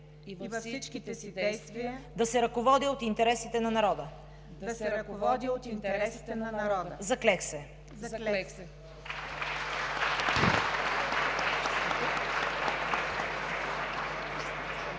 и във всичките си действия да се ръководя от интересите на народа. Заклех се!“